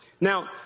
Now